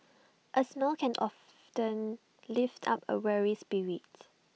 A smile can often lift up A weary spirit